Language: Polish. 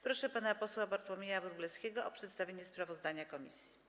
Proszę pana posła Bartłomieja Wróblewskiego o przedstawienie sprawozdania komisji.